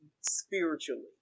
spiritually